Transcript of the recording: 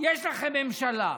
יש לכם ממשלה,